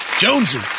Jonesy